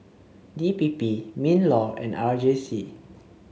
D P P Minlaw and R J C